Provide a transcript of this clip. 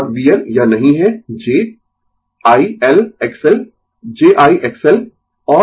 और VL यह नहीं है j I L XL j I XL